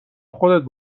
خودت